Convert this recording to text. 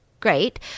great